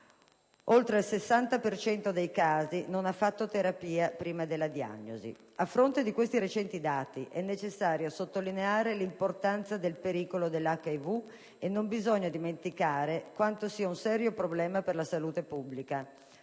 dei casi di AIDS non ha fatto terapia prima della diagnosi. A fronte di questi recenti dati, è necessario sottolineare l'importanza del pericolo dell'HIV e non bisogna dimenticare quanto sia un serio problema per la salute pubblica;